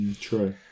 true